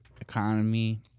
economy